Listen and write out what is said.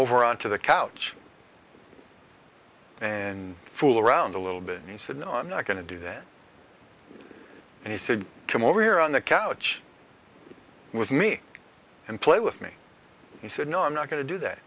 over onto the couch and fool around a little bit and he said no i'm not going to do that and he said come over here on the couch with me and play with me he said no i'm not going to do that